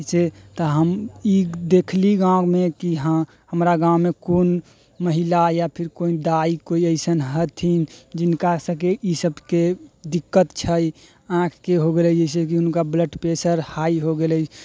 से तऽ हम ई देखली गाममे कि हँ हमरा गाममे कोन महिला या फिर कोइ दाइ कोइ ऐसन हथिन जिनकासभके ईसभके दिक्कत छै आँखिके हो गेलै जैसेकि हुनका ब्लड प्रेशर हाइ हो गेलै